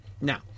Now